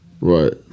Right